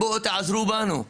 בואו תעזרו בנו,